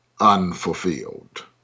unfulfilled